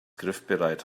griffbereit